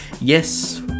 Yes